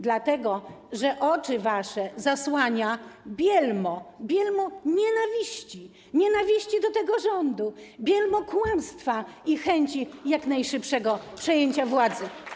Dlatego że oczy wasze zasłania bielmo - bielmo nienawiści do tego rządu, bielmo kłamstwa i chęci jak najszybszego przejęcia władzy.